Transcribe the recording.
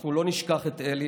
אנחנו לא נשכח את אלי